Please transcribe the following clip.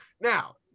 Now